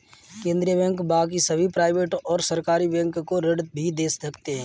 केन्द्रीय बैंक बाकी सभी प्राइवेट और सरकारी बैंक को ऋण भी दे सकते हैं